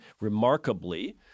remarkably